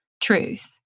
truth